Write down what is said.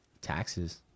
taxes